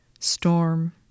Storm